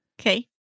Okay